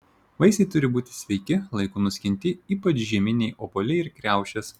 vaisiai turi būti sveiki laiku nuskinti ypač žieminiai obuoliai ir kriaušės